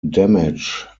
damage